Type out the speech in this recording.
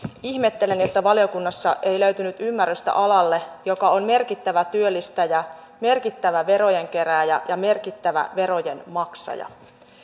ihmettelen että valiokunnassa ei löytynyt ymmärrystä alalle joka on merkittävä työllistäjä merkittävä verojen kerääjä ja merkittävä verojen maksaja